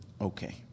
Okay